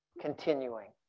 continuing